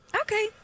Okay